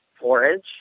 forage